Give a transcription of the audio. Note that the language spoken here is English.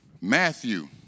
Matthew